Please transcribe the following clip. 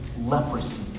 leprosy